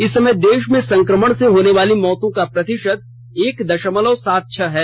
इस समय देश में संक्रमण से होने वाली मौतों का प्रतिशत एक दशमलव सात छह है